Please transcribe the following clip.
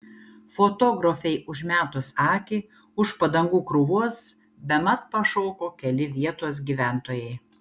fotografei užmetus akį už padangų krūvos bemat pašoko keli vietos gyventojai